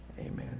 amen